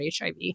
HIV